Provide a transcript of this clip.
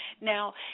Now